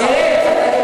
אראל, אראל,